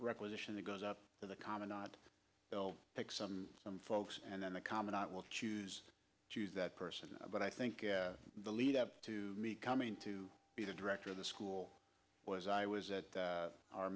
requisition that goes up for the common not to take some some folks and then the commandant will choose choose that person but i think the lead up to me coming to be the director of the school was i was at that our